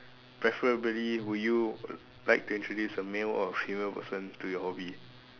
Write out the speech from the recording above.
preferably would you like to introduce a male or female person to your hobby